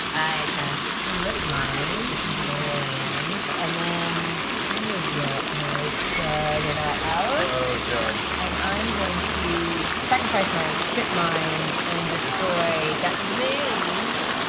i can strip mine, which is a little land, and then finally get my juggernaut out. ah oh, jug. and i'm going to sacrifice my strip mine and destroy that maze.